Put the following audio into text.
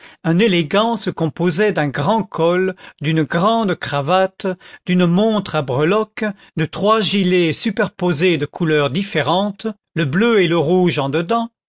un élégant se composait d'un grand col d'une grande cravate d'une montre à breloques de trois gilets superposés de couleurs différentes le bleu et le rouge en dedans